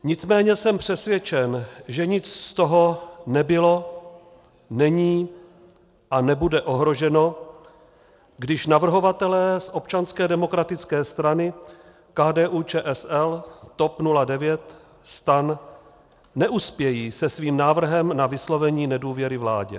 Nicméně jsem přesvědčen, že nic z toho nebylo, není a nebude ohroženo, když navrhovatelé z Občanské demokratické strany, KDUČSL, TOP 09, STAN neuspějí se svým návrhem na vyslovení nedůvěry vládě.